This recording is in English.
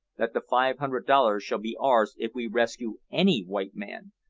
that the five hundred dollars shall be ours if we rescue any white man,